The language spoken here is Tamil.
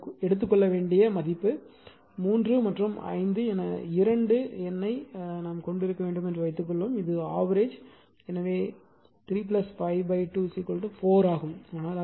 எனவே இது எடுத்துக்கொள்ள வேண்டிய மதிப்பு 3 மற்றும் 5 என இரண்டு எண்ணைக் கொண்டிருக்க வேண்டும் என்று வைத்துக்கொள்வோம் இது ஆவ்ரேஜ் 3 5 2 4 ஆகும்